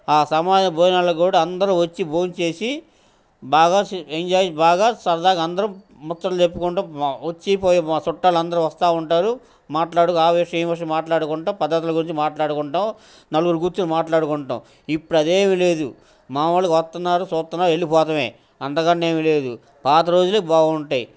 ఆ సమారాధన భోజనాలకు కూడా అందరం వచ్చి భోంచేసి బాగా ఎంజాయ్ బాగా సరదాగా అందరం ముచ్చటలు చెప్పుకుంటాం వచ్చి పోయి చుట్టాలందరూ వస్తూ ఉంటారు మాట్లాడుకు ఆ విషయం ఈ విషయం మాట్లాడుకుంటాం పద్ధతుల గురించి మాట్లాడుకుంటాం నలుగురు కూర్చుని మాట్లాడుకుంటాం ఇప్పుడు అదేమి లేదు మామూలుగా వస్తున్నారు చూస్తున్నారు వెళ్ళిపోటమే అంతకన్న ఏమి లేదు పాత రోజులే బాగుంటాయి